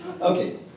okay